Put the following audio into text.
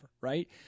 Right